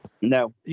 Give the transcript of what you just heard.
No